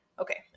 Okay